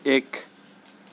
एक